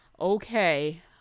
okay